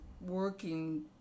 working